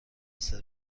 سرو